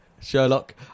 Sherlock